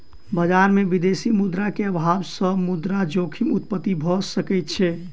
बजार में विदेशी मुद्रा के अभाव सॅ मुद्रा जोखिम उत्पत्ति भ सकै छै